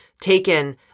taken